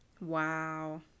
Wow